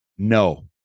No